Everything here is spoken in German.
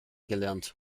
gelernt